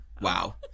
wow